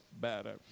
better